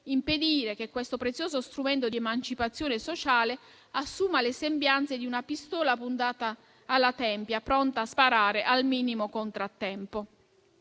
impedire che questo prezioso strumento di emancipazione sociale assuma le sembianze di una pistola puntata alla tempia, pronta a sparare al minimo contrattempo.